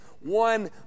one